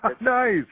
Nice